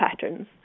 patterns